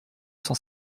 cent